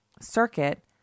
circuit